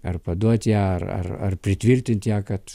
ar paduot ją ar ar ar pritvirtinti ją kad